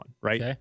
right